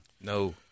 No